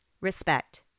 respect